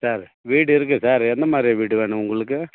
sir வீடு இருக்கு sir என்ன மாரி வீடு வேணும் உங்களுக்கு